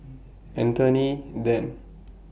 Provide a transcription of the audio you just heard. Anthony Then